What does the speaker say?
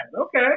Okay